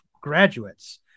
graduates